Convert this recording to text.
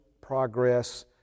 progress